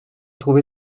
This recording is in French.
trouvé